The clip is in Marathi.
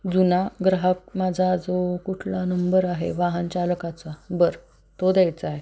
जुना ग्राहक माझा जो कुठला नंबर आहे वाहन चालकाचा बरं तो द्यायचा आहे